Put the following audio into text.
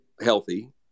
healthy